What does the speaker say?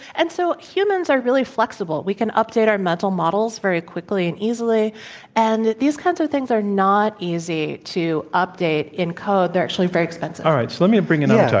and so, humans are really flexible we can update our mental models very quickly and easily and these kinds of things are not easy to update in code. they're actually very expensive. all right, so let me bring amitai.